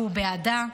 והוא בעדה.